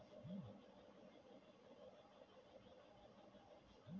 agroecology అనేది పర్యావరణ ప్రక్రియలను అధ్యయనం చేసే ఒక విద్యా విభాగం